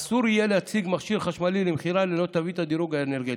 אסור יהיה להציג מכשיר חשמלי למכירה ללא תווית הדירוג האנרגטי.